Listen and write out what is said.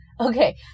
Okay